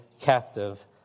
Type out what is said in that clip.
captive